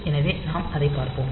எனவே நாம் அதைப் பார்ப்போம்